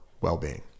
Well-being